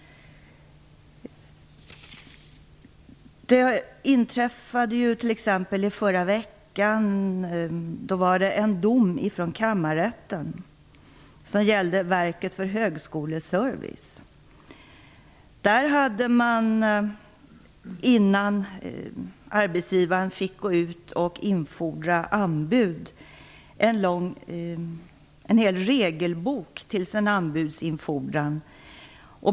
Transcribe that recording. Det kom t.ex. i förra veckan en dom i kammarrätten som gällde Verket för högskoleservice. Där hade man, innan arbetsgivaren fick gå ut och infordra anbud, en hel regelbok med i sin anbudsinfordran.